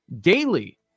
DAILY